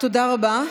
תודה רבה.